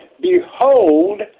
Behold